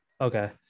Okay